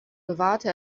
bewahrte